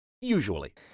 Usually